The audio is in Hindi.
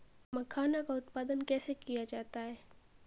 मखाना का उत्पादन कैसे किया जाता है?